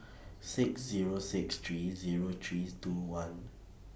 six Zero six three Zero three two one